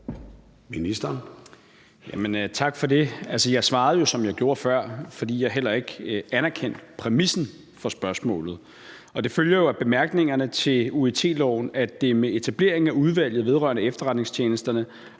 Tak for det. Jeg svarede jo, som jeg gjorde før, fordi jeg ikke anerkender præmissen for spørgsmålet. Det følger jo af bemærkningerne til UET-loven, at det med etableringen af Udvalget vedrørende Efterretningstjenesterne